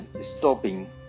stopping